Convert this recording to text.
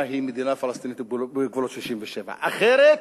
היא מדינה פלסטינית בגבולות 67'. אחרת,